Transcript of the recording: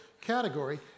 category